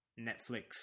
Netflix